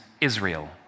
Israel